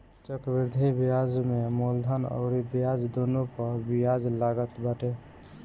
चक्रवृद्धि बियाज में मूलधन अउरी ब्याज दूनो पअ बियाज लागत बाटे